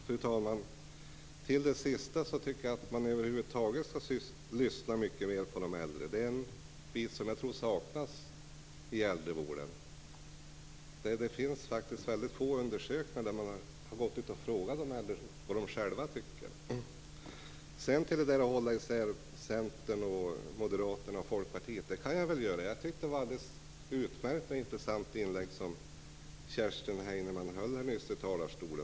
Fru talman! När det gäller det sista tycker jag att man över huvud taget skall lyssna mycket mer på de äldre. Det är en bit som jag tror saknas i äldrevården. Det finns faktiskt väldigt få undersökningar där man har gått ut och frågat de äldre vad de själva tycker. Sedan detta att hålla isär Centern, Moderaterna och Folkpartiet, det kan jag väl göra. Jag tycker att det var ett alldeles utmärkt och intressant anförande som Kerstin Heinemann nyss höll i talarstolen.